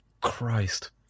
christ